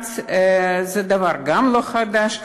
במפרץ זה גם דבר לא חדש.